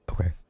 Okay